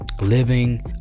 living